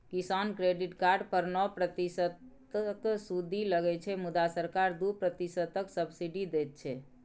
किसान credit card पर नौ प्रतिशतक सुदि लगै छै मुदा सरकार दु प्रतिशतक सब्सिडी दैत छै